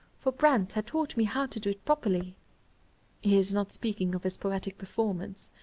for brandt had taught me how to do it properly. he is not speaking of his poetic performance,